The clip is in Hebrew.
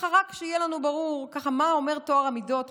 ורק שיהיה לנו ברור מה אומר טוהר המידות,